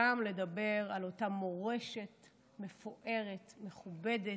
גם לדבר על אותה מורשת מפוארת, מכובדת,